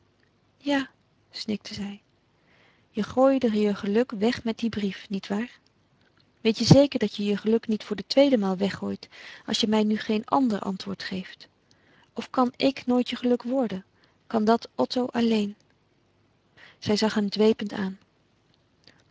ja snikte zij je gooide je geluk weg met den brief niet waar weet je zeker dat je je geluk niet voor de tweede maal weggooit als je mij nu geen ander antwoord geeft of kan ik nooit je geluk worden kan dat otto alleen zij zag hem dwepend aan